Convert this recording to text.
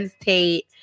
Tate